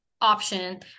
option